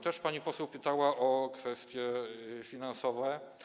Też pani poseł pytała o kwestie finansowe.